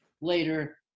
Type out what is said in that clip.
later